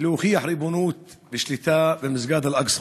להוכיח ריבונות ושליטה במסגד אל-אקצא.